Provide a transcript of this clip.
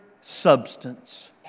substance